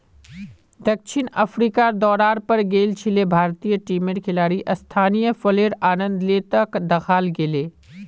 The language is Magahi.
दक्षिण अफ्रीकार दौरार पर गेल छिले भारतीय टीमेर खिलाड़ी स्थानीय फलेर आनंद ले त दखाल गेले